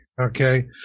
Okay